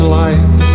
life